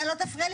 אתה לא תפריע לי.